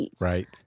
Right